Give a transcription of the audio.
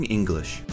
English